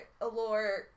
Allure